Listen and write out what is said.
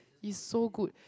is so good